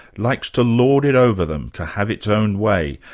likes to lord it over them, to have its own way.